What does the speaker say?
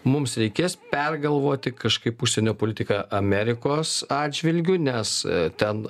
mums reikės pergalvoti kažkaip užsienio politiką amerikos atžvilgiu nes ten